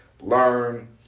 learn